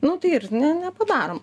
nu tai ir nepadarom